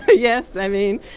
yes, i mean,